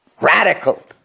radical